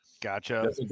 Gotcha